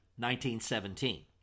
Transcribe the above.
1917